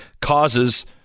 causes